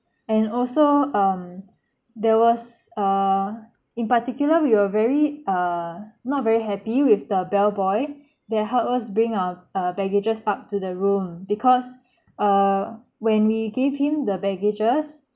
and also um there was uh in particular we were very uh not very happy with the bellboy that helped us bring our uh baggages up to the room because uh when we gave him the baggages